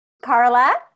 Carla